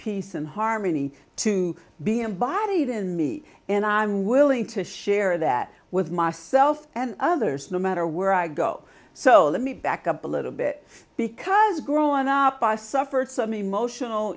peace and harmony to be embodied in me and i'm willing to share that with myself and others no matter where i go so let me back up a little bit because growing up i suffered some emotional